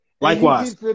Likewise